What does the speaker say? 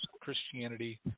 Christianity